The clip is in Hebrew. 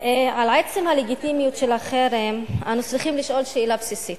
על עצם הלגיטימיות של החרם אנו צריכים לשאול שאלה בסיסית: